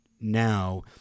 now